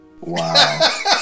Wow